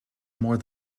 more